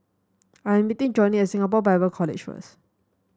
I am meeting Johney at Singapore Bible College first